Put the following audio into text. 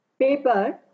paper